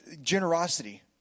generosity